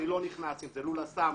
אני לא נכנס אם זה לול חומות,